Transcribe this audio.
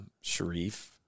Sharif